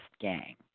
gang